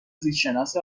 زیستشناس